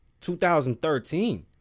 2013